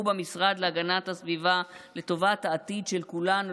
במשרד להגנת הסביבה לטובת העתיד של כולנו,